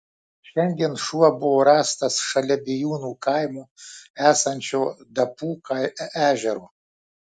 šiandien šuo buvo rastas šalia bijūnų kaimo esančio dapų ežero